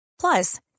Plus